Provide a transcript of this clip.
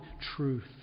truth